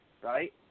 right